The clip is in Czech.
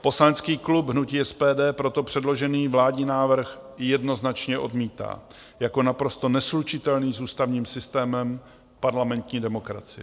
Poslanecký klub hnutí SPD proto předložený vládní návrh jednoznačně odmítá jako naprosto neslučitelný s ústavním systémem parlamentní demokracie.